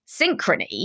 synchrony